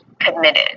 committed